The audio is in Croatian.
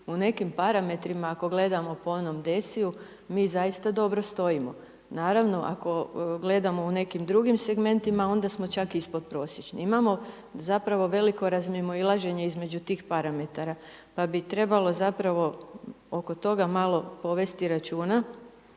u nekim parametrima ako gledamo po onom DESI-u mi zaista dobro stojimo. Naravno ako gledamo u nekim drugim segmentima onda smo čak ispodprosječni. Imamo zapravo veliko razmimoilaženje između tih parametara pa bi trebalo zapravo oko toga malo povesti računa.